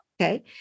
Okay